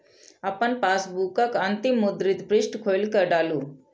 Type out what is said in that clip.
अपन पासबुकक अंतिम मुद्रित पृष्ठ खोलि कें डालू